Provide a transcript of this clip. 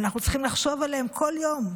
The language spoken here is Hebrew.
אנחנו צריכים לחשוב עליהם כל יום,